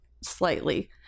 slightly